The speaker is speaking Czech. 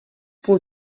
půl